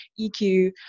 EQ